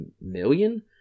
million